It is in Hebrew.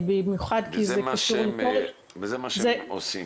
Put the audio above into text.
זה מה שהם עושים.